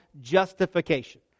justification